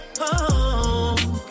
home